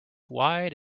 wide